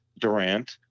Durant